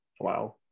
Wow